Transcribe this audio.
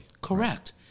Correct